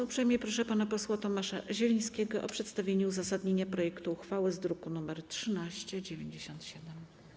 Uprzejmie proszę pana posła Tomasza Zielińskiego o przedstawienie uzasadnienia projektu uchwały z druku nr 1397.